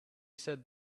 said